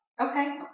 Okay